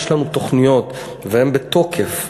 יש לנו תוכניות והן בתוקף.